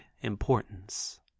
importance